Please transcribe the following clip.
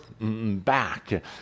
back